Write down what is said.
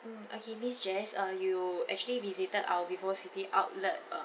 mm okay miss jess uh you actually visited our vivocity outlet um